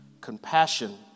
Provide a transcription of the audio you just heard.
Compassion